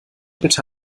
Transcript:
bitte